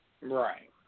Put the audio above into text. Right